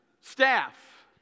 staff